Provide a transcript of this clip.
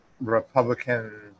Republican